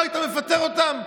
לא היית מפטר אותם?